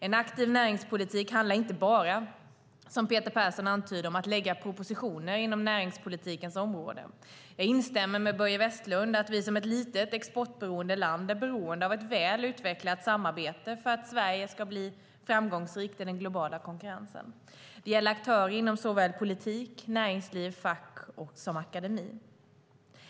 En aktiv näringspolitik handlar inte bara, som Peter Persson antyder, om att lägga propositioner inom näringspolitikens område. Jag instämmer med Börje Vestlund när det gäller att vi som ett litet, exportberoende land är beroende av ett väl utvecklat samarbete för att Sverige ska bli framgångsrikt i den globala konkurrensen. Det gäller aktörer inom såväl politik, näringsliv och fack som akademi.